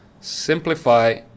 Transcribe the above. Simplify